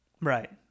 Right